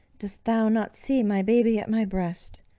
dost thou not see my baby at my breast,